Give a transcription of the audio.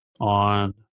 on